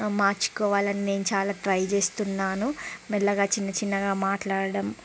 మార్చుకోవాలని నేను చాలా ట్రై చేస్తున్నాను మెల్లగా చిన్నచిన్నగా మాట్లాడటం